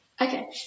Okay